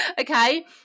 Okay